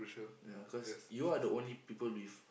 ya cause you are the only people with